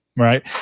Right